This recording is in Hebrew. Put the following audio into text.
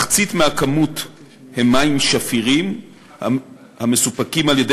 מחצית מהכמות הם מים שפירים המסופקים על-ידי